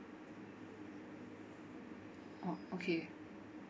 orh okay